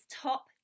top